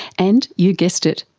and you guessed it,